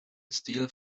steel